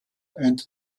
und